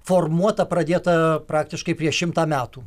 formuota pradėta praktiškai prieš šimtą metų